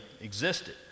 existed